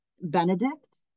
Benedict